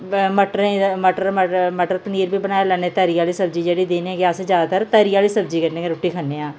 मटरें मटर मटर मटर पनीर बी बनाई लैन्ने तरी आली सब्जी जेह्ड़ी जि'नेंगी अस जैदातर तरी आह्ली सब्जी कन्नै गै रुट्टी खन्ने आं